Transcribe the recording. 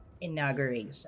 inauguration